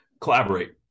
Collaborate